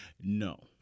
no